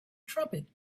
trumpet